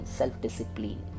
self-discipline